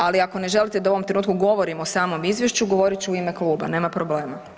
Ali ako ne želite da ovom trenutku govorim o samom izvješću, govorit ću u ime kluba, nema problema.